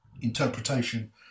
interpretation